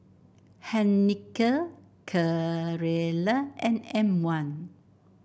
Heinekein Carrera and M one